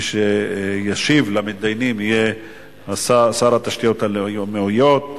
מי שישיב למתדיינים יהיה שר התשתיות הלאומיות,